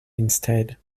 instead